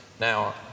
Now